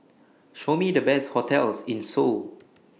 Show Me The Best hotels in Seoul